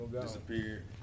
disappeared